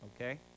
okay